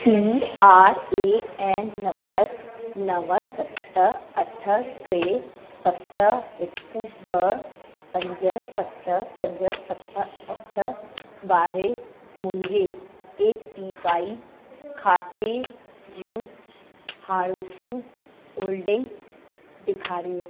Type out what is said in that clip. P R A N number नव सत अठ टे सत हिकु ॿ पंज सत पंज सत अठ वारे मुंहिंजे ए पी वाई खाते जूं हाणोकियूं हॉल्डींग्स ॾेखारियो